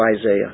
Isaiah